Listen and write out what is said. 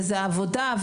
וזו עבודה,